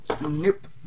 Nope